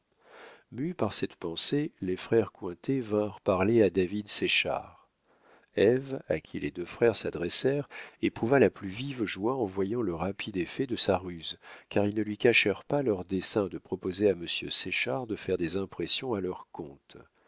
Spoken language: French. mus par cette pensée les frères cointet vinrent parler à david séchard ève à qui les deux frères s'adressèrent éprouva la plus vive joie en voyant le rapide effet de sa ruse car ils ne lui cachèrent pas leur dessein de proposer à monsieur séchard de faire des impressions à leur compte